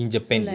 so like